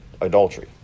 adultery